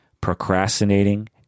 procrastinating